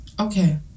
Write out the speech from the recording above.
okay